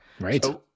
Right